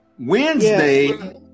Wednesday